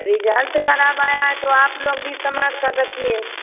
result खराब आया है तो आप लोग भी संभाल कर रखिए